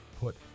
put